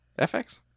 FX